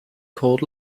called